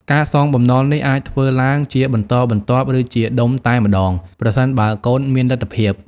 ការសងបំណុលនេះអាចធ្វើឡើងជាបន្តបន្ទាប់ ឬជាដុំតែម្ដង ប្រសិនបើកូនមានលទ្ធភាព។